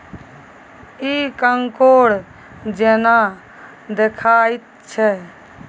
इ कॉकोड़ जेना देखाइत छै